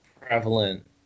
prevalent